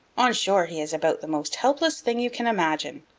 on shore he is about the most helpless thing you can imagine.